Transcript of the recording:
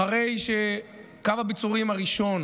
אחרי שקו הביצורים הראשון,